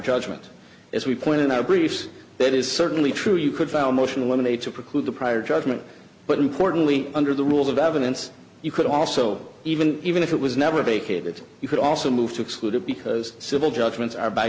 judgment as we point in our briefs it is certainly true you could file a motion eliminate to preclude the prior judgment but importantly under the rules of evidence you could also even even if it was never vacated you could also move to exclude it because civil judgments are by